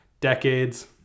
decades